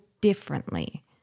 differently